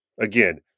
again